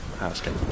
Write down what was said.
asking